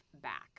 back